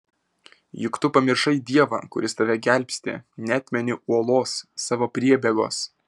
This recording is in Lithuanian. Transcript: juk tu pamiršai dievą kuris tave gelbsti neatmeni uolos savo priebėgos